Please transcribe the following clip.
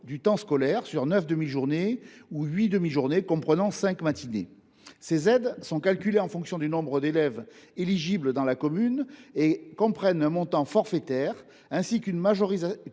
du temps scolaire sur neuf demi journées ou huit demi journées comprenant cinq matinées. Ces aides sont calculées en fonction du nombre d’élèves éligibles dans la commune et comprennent un montant forfaitaire ainsi qu’une majoration